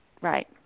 right